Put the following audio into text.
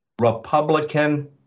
Republican